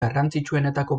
garrantzitsuenetako